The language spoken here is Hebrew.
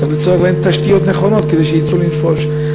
צריך ליצור להם תשתיות נכונות כדי שיצאו לנפוש.